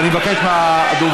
ואני מבקש מהדובר,